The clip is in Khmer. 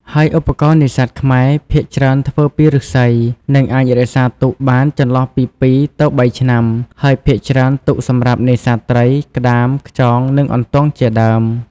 ហើយឧបករណ៍នេសាទខ្មែរ ភាគច្រើនធ្វើពីឫស្សី និងអាចរក្សាទុកបានចន្លោះពីពីរទៅបីឆ្នាំ ហើយភាគច្រើនទុកសម្រាប់នេសាទត្រី ក្តាម ខ្យង និងអន្ទង់ជាដើម។